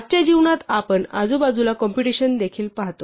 आजच्या जीवनात आपण आजूबाजूला कॉम्पुटेशन देखील पाहतो